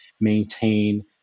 maintain